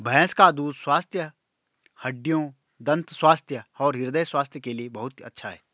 भैंस का दूध स्वस्थ हड्डियों, दंत स्वास्थ्य और हृदय स्वास्थ्य के लिए बहुत अच्छा है